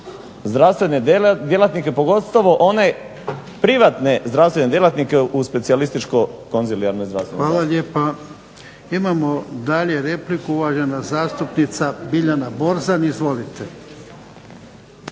zdravstvene djelatnike, pogotovo one privatne zdravstvene djelatnike u specijalističko-konzilijarnoj zdravstvenoj zaštiti. **Jarnjak, Ivan (HDZ)** Hvala lijepa. Imamo dalje repliku, uvažena zastupnika Biljana Borzan. Izvolite.